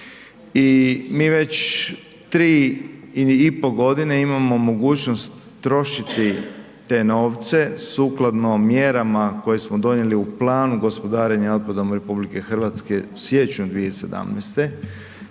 I mi već tri i pol godine imamo mogućnost trošiti te novce sukladno mjerama koje smo donijeli u planu gospodarenja otpadom RH u siječnju 2017.